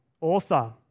author